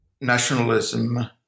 nationalism